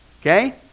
okay